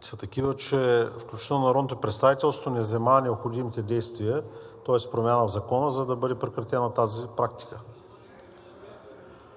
са такива, че включително народното представителство не взе необходимите действия, тоест промяна в закона, за да бъде прекратена тази практика,